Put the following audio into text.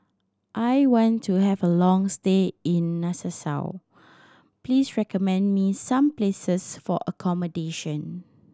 I want to have a long stay in Nassau please recommend me some places for accommodation